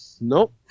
nope